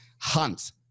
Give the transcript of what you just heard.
Hunt